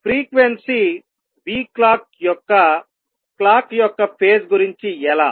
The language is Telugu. ఫ్రీక్వెన్సీ clock యొక్క క్లాక్ యొక్క ఫేజ్ గురించి ఎలా